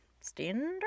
standard